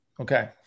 Okay